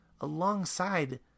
alongside